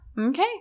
Okay